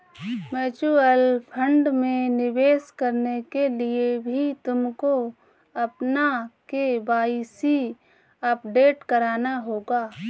mutual fund में निवेश करने के लिए भी तुमको अपना के.वाई.सी अपडेट कराना होगा